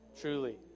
Truly